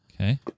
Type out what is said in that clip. Okay